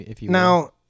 Now